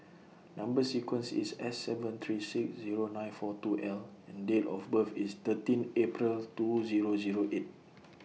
Number sequence IS S seven three six Zero nine four two L and Date of birth IS thirteen April's two Zero Zero eight